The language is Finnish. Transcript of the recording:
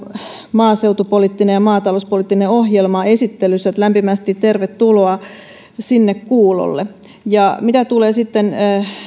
maaseutupoliittinen ja maatalouspoliittinen ohjelma esittelyssä lämpimästi tervetuloa sinne kuulolle mitä tulee sitten